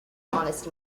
honest